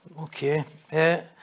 okay